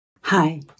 Hi